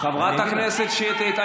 חברת הכנסת שטרית,